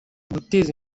guteza